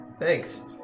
Thanks